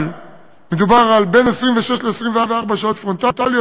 אבל מדובר על בין 24 ל-26 שעות פרונטליות,